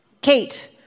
Kate